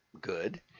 good